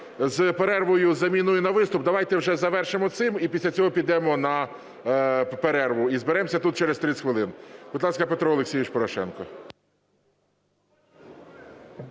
з перервою з заміною на виступ. Давайте вже завершимо з цим і після цього підемо на перерву, і зберемося тут через 30 хвилин. Будь ласка, Петро Олексійович Порошенко.